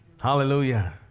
Hallelujah